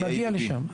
אני מגיע לשם.